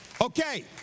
Okay